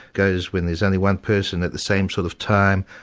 goes when there's only one person at the same sort of time,